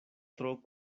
tro